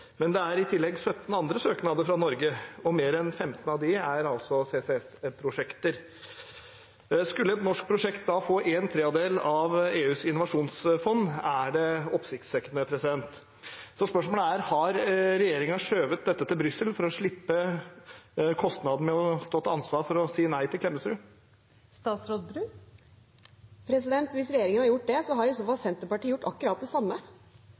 men det er i tillegg 17 andre søknader fra Norge, og mer enn 15 av dem er CCS-prosjekter. Skulle et norsk prosjekt få en tredjedel av EUs innovasjonsfond, er det oppsiktsvekkende. Så spørsmålet er: Har regjeringen skjøvet dette til Brussel for å slippe kostnaden med å stå til ansvar for å si nei til Klemetsrud? Hvis regjeringen har gjort det, har i så fall Senterpartiet gjort akkurat det samme.